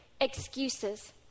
excuses